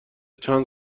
چند